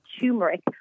turmeric